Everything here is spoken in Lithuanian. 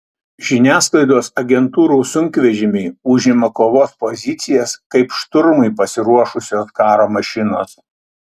žiniasklaidos agentūrų sunkvežimiai užima kovos pozicijas kaip šturmui pasiruošusios karo mašinos